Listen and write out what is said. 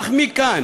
אך מכאן